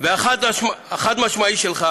והחד-משמעי שלך